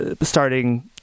starting